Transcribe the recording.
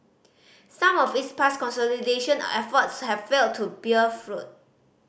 some of its past consolidation efforts have failed to bear fruit